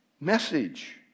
message